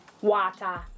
Water